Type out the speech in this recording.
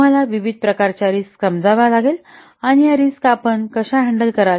तुम्हाला विविध प्रकारच्या रिस्क समजाव्या लागेल आणि ह्या रिस्क आपण कसा हॅण्डल कराल